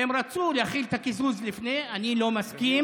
הם רצו להחיל את הקיזוז לפני, אני לא מסכים.